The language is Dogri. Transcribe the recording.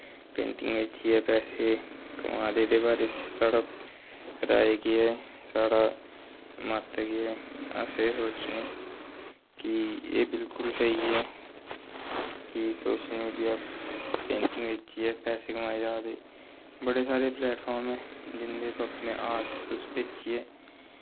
पेंटिंग अच्छी ऐ पैसे कमा दे ते एह्दे बारे च साढ़ा राए केह् ऐ साढ़ा मत केह् ऐ अस एह् सोचने कि एह् बिल्कल स्हेई ऐ कि सोशल मीडिया पेंटिग बेचियै पैसे कमाए जा दे बड़े सारे प्लेटफार्म ऐ जिं'दे पर अपने आर्ट तुस बेचियै